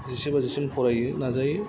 जिसे बाजिसिम फरायो नाजायो